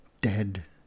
dead